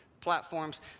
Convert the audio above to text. platforms